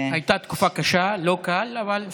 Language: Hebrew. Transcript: הייתה תקופה קשה, לא קל, אבל חזרנו.